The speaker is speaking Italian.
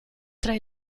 tra